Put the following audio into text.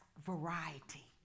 variety